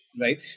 right